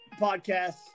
podcast